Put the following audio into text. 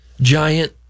Giant